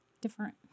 different